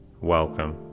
welcome